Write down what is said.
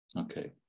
Okay